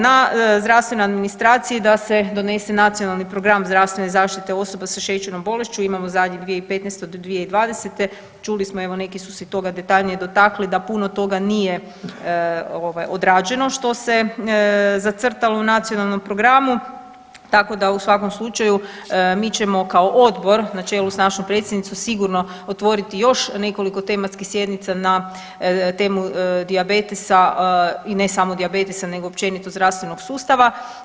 Na zdravstvenoj administraciji da se donese nacionalni program zdravstvene zaštite osoba sa šećernom bolešću, imamo zadnji 2015.-2020., čuli smo neki su se toga detaljnije dotakli da puno toga nije odrađeno što se zacrtalo u nacionalnom programu, tako da u svakom slučaju mi ćemo kao odbor na čelu s našom predsjednicom sigurno otvoriti još nekoliko tematskih sjednica na temu dijabetesa i ne samo dijabetesa nego općenito zdravstvenog sustava.